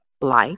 life